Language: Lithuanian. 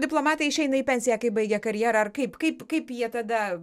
diplomatai išeina į pensiją kai baigia karjerą ar kaip kaip kaip jie tada